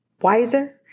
wiser